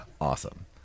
Awesome